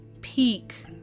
peak